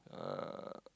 uh